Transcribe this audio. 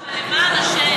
למה, למען השם?